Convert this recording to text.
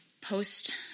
post